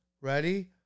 Ready